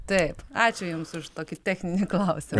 taip ačiū jums už tokį techninį klausimą